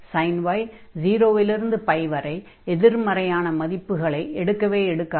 sin y 0 இல் இருந்து வரை எதிர்மறையான மதிப்புகளை எடுக்கவே எடுக்காது